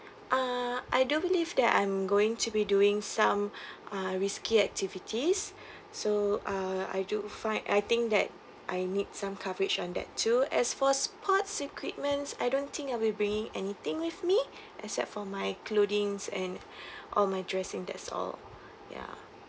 uh I do believe that I'm going to be doing some uh risky activities so uh I do find I think that I need some coverage on that too as for sports equipments I don't think I'll be bringing anything with me except for my clothings and or my dressing that's all ya